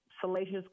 salacious